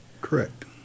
Correct